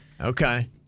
okay